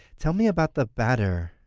tell me about the batter.